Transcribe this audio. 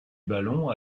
ballon